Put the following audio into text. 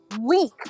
week